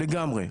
לגמרי.